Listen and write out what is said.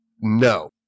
No